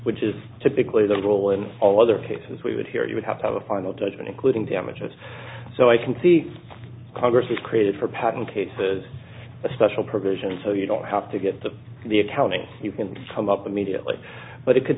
which is typically the role in all other cases we would hear you would have to have a final judgment including damages so i can see congress is created for patent cases a special provision so you don't have to get to the accounting you can come up immediately but it could